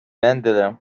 mandela